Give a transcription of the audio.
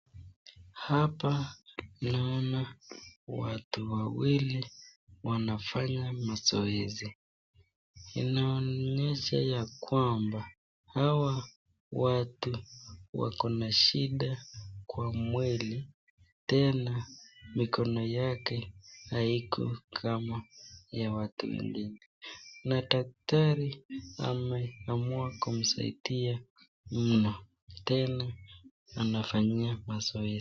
Hapa naona watu wawili wanafanya mazoezi, inaonyesha ya kwamba hawa watu wako na shida kwa mwili tena mikono yake haiko kama ya watu wengine na daktari ameamua kumsaidia mno tena anamfanyia mazoezi.